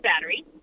battery